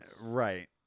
Right